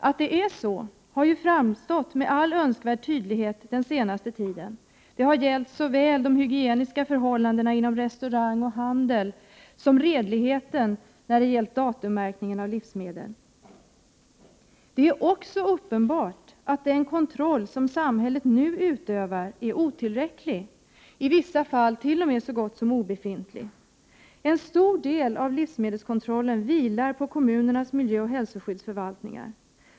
Att det är så har framgått med all önskvärd tydlighet den senaste tiden. Det har gällt såväl de hygieniska förhållandena inom restaurang och handel som redligheten vad gäller datummärkning av livsmedel. Det är vidare uppenbart att den kontroll som samhället nu utövar är otillräcklig, i vissa fall t.o.m. så gott som obefintlig. En stor del av livsmedelskontrollen vilar på kommunernas miljöoch hälsoskyddsförvaltningar.